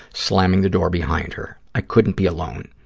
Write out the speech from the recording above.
slamming the door behind her. i couldn't be alone.